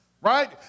right